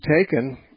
taken